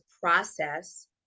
process